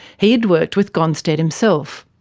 had worked with gonstead himself.